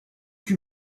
que